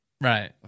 Right